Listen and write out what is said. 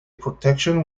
protection